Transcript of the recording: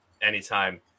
anytime